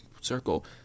circle